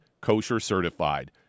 kosher-certified